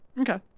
Okay